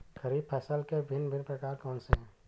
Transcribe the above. खरीब फसल के भिन भिन प्रकार कौन से हैं?